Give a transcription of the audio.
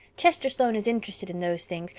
chester sloane is interested in those things,